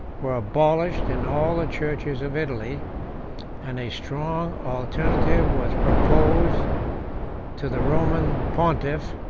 were abolished in all the churches of italy and a strong alternative was proposed to the roman pontiff,